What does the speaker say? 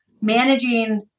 managing